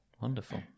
Wonderful